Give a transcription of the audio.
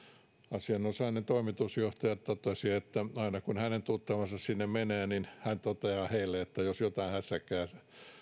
asianosainen toimitusjohtaja totesi että aina kun hänen tuttavansa sinne menee niin hän toteaa heille että jos jotain hässäkkää